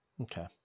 Okay